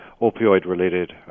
opioid-related